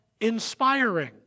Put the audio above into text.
inspiring